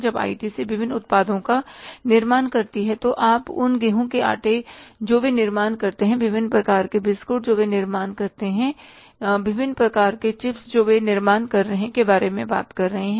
जब आईटीसी विभिन्न उत्पादों का निर्माण करती है तो आप उन गेहूं के आटे जो वे निर्माण कर रहे हैं विभिन्न प्रकार के बिस्कुट जो वे निर्माण कर रहे हैं विभिन्न प्रकार के चिप्स जो वे निर्माण कर रहे हैं के बारे में बात करते हैं